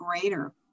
greater